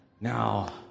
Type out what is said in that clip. Now